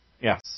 Yes